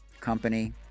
company